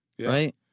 Right